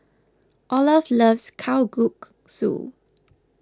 Olaf loves Kalguksu